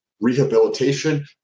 rehabilitation